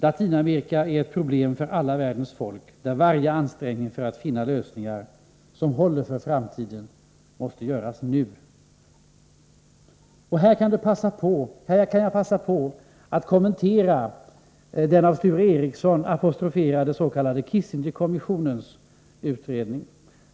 Latinamerika är ett problem för alla världens folk. Varje ansträngning att finna lösningar som håller för framtiden måste göras nu. Här kan jag passa på att kommentera den av Sture Ericson apostroferade s.k. Kissingerkommissionens utredning.